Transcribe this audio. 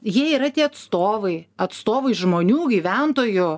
jie yra tie atstovai atstovai žmonių gyventojų